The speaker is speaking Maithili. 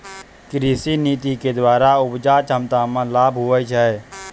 कृषि नीति द्वरा उपजा क्षमता मे लाभ हुवै छै